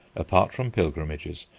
apart from pilgrimages,